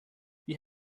wie